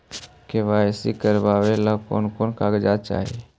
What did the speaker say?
KYC करावे ले कोन कोन कागजात चाही?